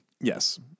Yes